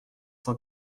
cent